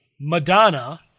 Madonna